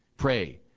Pray